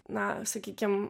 na sakykim